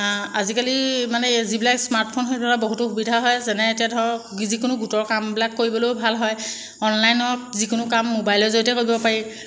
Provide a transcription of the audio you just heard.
আজিকালি মানে এই যিবিলাক স্মাৰ্টফোন সেইবোৰত বহুতো সুবিধা হয় যেনে এতিয়া ধৰক যিকোনো গোটৰ কামবিলাক কৰিবলৈও ভাল হয় অনলাইনত যিকোনো কাম মোবাইলৰ জৰিয়তে কৰিব পাৰি